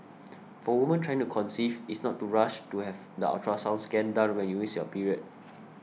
for women trying to conceive is not to rush to have the ultrasound scan done when you miss your period